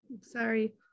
sorry